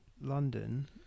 London